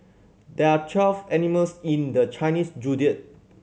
there are twelve animals in the Chinese Zodiac